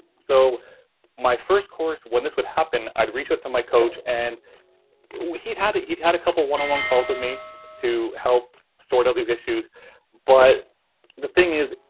so my first course, when this would happen, i would reach out to my coach and he had he had a couple of one on one calls with me to help sort out these issues but the thing is,